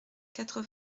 quatre